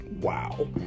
Wow